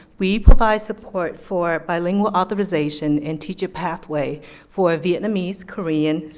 we provide support for bilingual authorization in teacher pathway for vietnamese, korean,